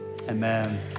amen